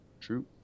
True